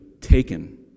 taken